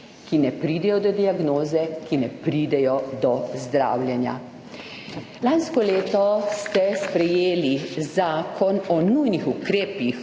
ki ne pridejo do diagnoze, ki ne pridejo do zdravljenja. Lansko leto ste sprejeli Zakon o nujnih ukrepih